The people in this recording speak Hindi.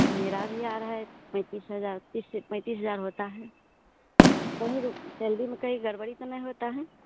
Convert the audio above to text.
मेरी भी आ रही है पेँतीस हज़ार तीस से पेँतीस हज़ार होता है कहीं सैलरी में गड़बड़ी तो नहीं होती है